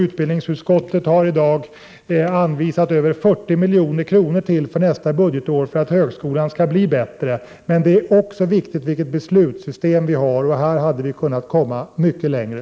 Utbildningsutskottet har i dag anvisat ytterligare över 40 milj.kr. för nästa budgetår för att högskolan skall bli bättre. Men det är också viktigt vilket beslutssystem vi har, och här hade vi kunnat komma mycket längre.